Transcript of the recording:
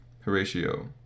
Horatio